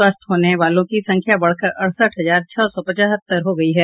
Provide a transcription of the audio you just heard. स्वस्थ होने वालों की संख्या बढ़कर अड़सठ हजार छह सौ पचहत्तर हो गयी है